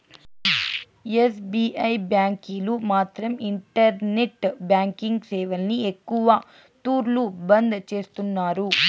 SBI బ్యాంకీలు మాత్రం internet banking సేవల్ని ఎక్కవ తూర్లు బంద్ చేస్తున్నారు